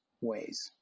ways